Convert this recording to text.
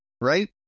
right